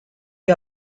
que